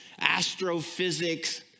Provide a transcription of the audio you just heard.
astrophysics